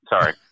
Sorry